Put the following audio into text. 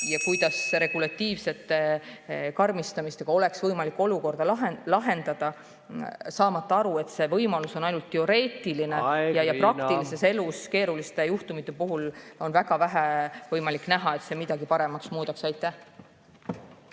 ja kuidas regulatiivse karmistamisega oleks võimalik olukorda lahendada, saamata aru, et see võimalus on ainult teoreetiline ... Aeg, Riina! ... ja praktilises elus on keeruliste juhtumite puhul väga vähe võimalik näha, et see midagi paremaks muudaks. Aitäh!